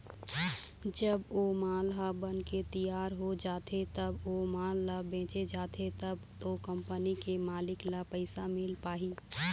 जब ओ माल ह बनके तियार हो जाथे तब ओ माल ल बेंचे जाथे तब तो कंपनी के मालिक ल पइसा मिल पाही